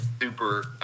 super